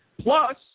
Plus